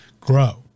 grow